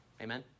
Amen